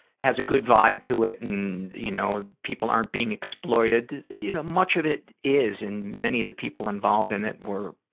has a good vibe to it and, you know, people aren't being exploited, you know, much of it is and many of the people involved in it were,